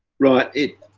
right it,